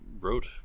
wrote